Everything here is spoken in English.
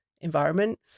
environment